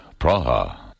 Praha